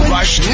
Rush